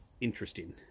interesting